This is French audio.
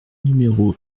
numéro